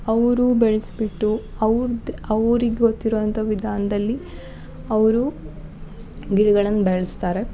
ಅವರು ಬೆಳೆಸ್ಬಿಟ್ಟು ಅವ್ರ್ದು ಅವ್ರಿಗೆ ಗೊತ್ತಿರುವಂಥ ವಿಧಾನದಲ್ಲಿ ಅವರು ಗಿಡಗಳನ್ನ ಬೆಳೆಸ್ತಾರೆ